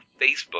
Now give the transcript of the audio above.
Facebook